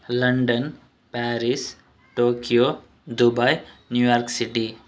London Paris Tokyo Dubai New York city